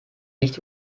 nicht